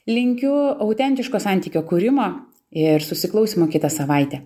linkiu autentiško santykio kūrimo ir susiklausymo kitą savaitę